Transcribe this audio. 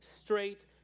straight